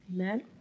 Amen